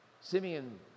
Simeon